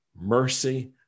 mercy